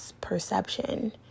perception